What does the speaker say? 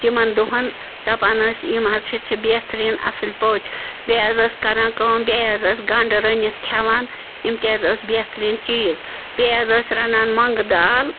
تِمَن دۄہَن دَپان ٲسۍ یِم حظ چھِ چھِ بہتریٖن اَصٕل پٲٹھۍ بیٚیہِ حظ ٲسۍ کَران کٲم بیٚیہِ حظ ٲسۍ گَنٛڈٕ رٔنِتھ کھٮ۪وان یِم تہِ حظ ٲس بہتریٖن چیٖز بیٚیہِ حظ ٲسۍ رَنان مۄنٛگہٕ دال